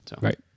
Right